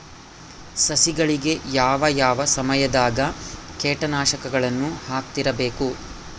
ಸಸಿಗಳಿಗೆ ಯಾವ ಯಾವ ಸಮಯದಾಗ ಕೇಟನಾಶಕಗಳನ್ನು ಹಾಕ್ತಿರಬೇಕು?